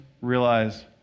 realize